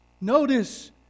Notice